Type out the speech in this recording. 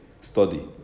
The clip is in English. study